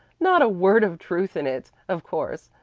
not a word of truth in it, of course.